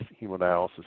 hemodialysis